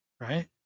Right